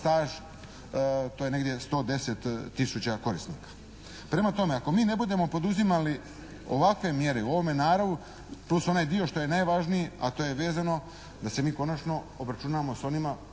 staž. To je negdje 110 tisuća korisnika. Prema tome ako mi ne budemo poduzimali ovakve mjere ovome … plus onaj dio što je najvažniji, a to je vezano da se mi konačno obračunamo s onima